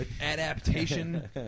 Adaptation